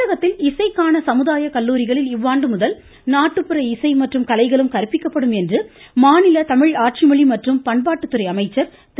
தமிழகத்தில் இசைக்கான சமுதாய கல்லூரிகளில் இவ்வாண்டு முதல் நாட்டுப்புற இசை மற்றும் கலைகளும் கற்பிக்கப்படும் என்று மாநில தமிழ் ஆட்சிமொழி மற்றும் பண்பாட்டுத்துறை அமைச்சர் திரு